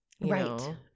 Right